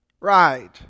Right